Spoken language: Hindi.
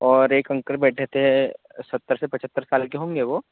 और एक अंकल बैठे थे सत्तर से पछत्तर साल के होंगे वो